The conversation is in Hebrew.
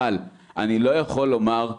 אבל אני לא יכול לומר,